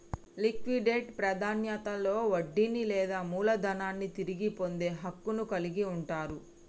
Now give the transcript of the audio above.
liquidate ప్రాధాన్యతలో వడ్డీని లేదా మూలధనాన్ని తిరిగి పొందే హక్కును కలిగి ఉంటరు